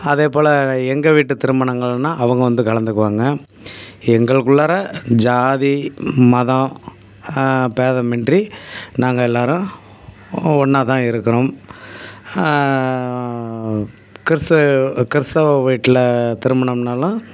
அதேபோல் எங்கள் வீட்டு திருமணங்கள்னால் அவங்க வந்து கலந்துக்குவாங்க எங்களுக்குள்ளார ஜாதி மதம் பேதமின்றி நாங்கள் எல்லாேரும் ஒன்றாதான் இருக்கிறோம் கிறிஸ்த கிறிஸ்துவ வீட்டில் திருமணம்னாலும்